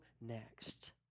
next